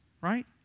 right